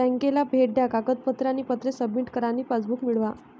बँकेला भेट द्या कागदपत्रे आणि पत्रे सबमिट करा आणि पासबुक मिळवा